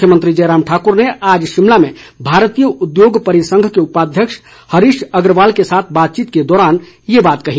मुख्यमंत्री जयराम ठाकुर आज शिमला में भारतीय उद्योग परिसंघ के उपाध्यक्ष हरीश अग्रवाल के साथ बातचीत के दौरान ये बात कही